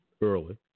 early